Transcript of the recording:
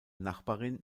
nachbarin